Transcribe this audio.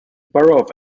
borough